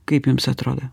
kaip jums atrodo